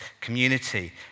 community